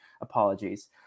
apologies